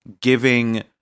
giving